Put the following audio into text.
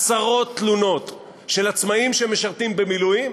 עשרות תלונות של עצמאים שמשרתים במילואים,